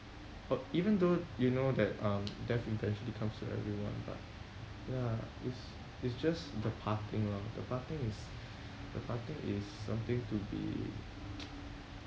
uh even though you know that um death eventually comes to everyone but ya it's it's just the parting lor the parting is the parting is something to be